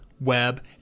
web